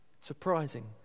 surprising